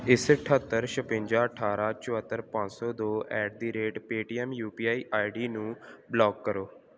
ਇਸ ਅਠੱਤਰ ਛਪੰਜਾ ਅਠਾਰ੍ਹਾਂ ਚੁਹੱਤਰ ਪੰਜ ਸੌ ਦੋ at the rate Paytm U P I I D ਨੂੰ ਬਲਾਕ ਕਰੋ